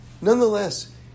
nonetheless